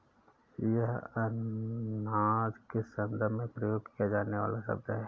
यह अनाज के संदर्भ में प्रयोग किया जाने वाला शब्द है